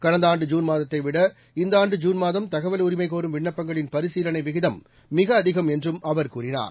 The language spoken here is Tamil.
கடந்த ஆண்டு ஜூன் மாதத்தைவிட இந்த ஆண்டு ஜூன் மாதம் தகவல் உரிமை கோரும் விண்ணப்பங்களின் பரிசீலனை விகிதம் மிக அதிகம் என்றும் அவர் கூறினார்